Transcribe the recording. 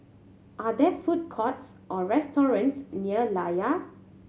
are there food courts or restaurants near Layar